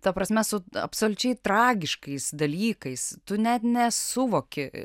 ta prasme su absoliučiai tragiškais dalykais tu net nesuvoki